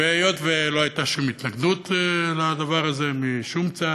היות ולא הייתה שום התנגדות לדבר הזה משום צד,